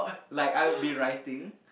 like I would be writing